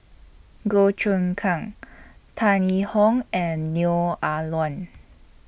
Goh Choon Kang Tan Yee Hong and Neo Ah Luan